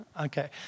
okay